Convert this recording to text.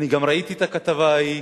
וגם ראיתי את הכתבה ההיא.